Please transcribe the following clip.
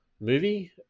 movie